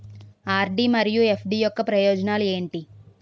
RD మరియు FD యొక్క ప్రయోజనాలు ఏంటి?